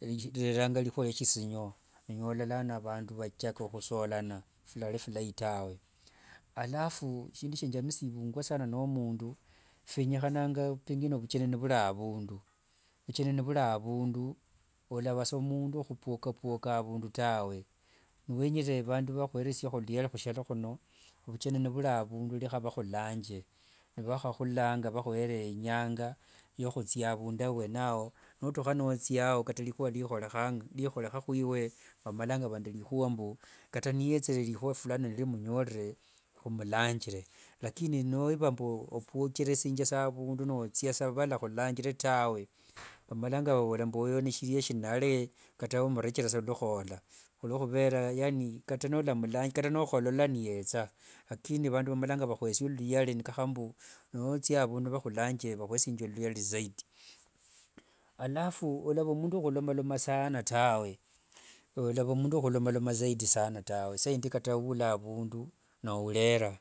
Rireranga lihua lya sishino, onyola lano avandu vachaka husolana filari filai tawe. Alafu shindu shya njamisivwanga sana nomundu, fyenyahananga pengine vukeni nivuri avundu olava sa mundu wahupwokapwoka avundu tawe. Niwenyere avandu vahweresieho vyahusialo huno, vucheni nivuri avundu reha vahulanje. Nivahahulanga vahwere inyanga ya hutsia avundu bwene ao, notuha notsia kata lihua riehoreha huiwe vamalanga vaanza rihuwa mbu kata niyetsere rihuwa fulani nirimunyorere humulanjire lakini nova mbu opwokeresianga sa avundu notsia sa nivalahulangire tawe vamalanga vavola mbu oyo ni kata hulwohuvera yani kata noholola niyetsa lakini vandu vamalanga vahweresia luyari nikaba mbu notsia avundu nivahulangire vahwetsanga luyari zaidi. Alafu olava mundu wahulomaloma sana tawe, olava mundu wahulomaloma zaidi sana tawe saa indi kata nula avundu nourera.